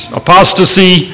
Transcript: apostasy